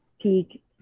peak